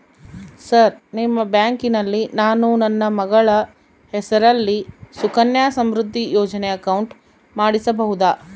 Sir ನಿಮ್ಮ ಬ್ಯಾಂಕಿನಲ್ಲಿ ನಾನು ನನ್ನ ಮಗಳ ಹೆಸರಲ್ಲಿ ಸುಕನ್ಯಾ ಸಮೃದ್ಧಿ ಯೋಜನೆ ಅಕೌಂಟ್ ಮಾಡಿಸಬಹುದಾ?